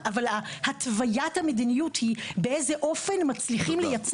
זה התיאום שהיה בשעתו בין השר לשירותי